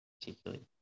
particularly